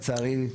אבל, לצערי.